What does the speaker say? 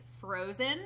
Frozen